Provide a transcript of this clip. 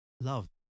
Love